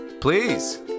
Please